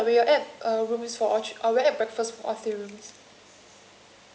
I see ya sure we will add uh rooms for all thr~ uh we'll add breakfast all three rooms